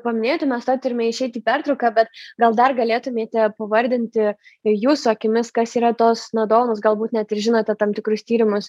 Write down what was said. paminėjote mes tuoj turime išeiti į pertrauką bet gal dar galėtumėte pavardinti jūsų akimis kas yra tos na dovanos galbūt net ir žinote tam tikrus tyrimus